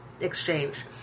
exchange